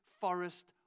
Forest